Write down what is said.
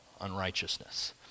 unrighteousness